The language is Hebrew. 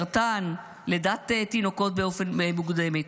סרטן, לידת תינוקות מוקדמת.